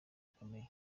gikomeye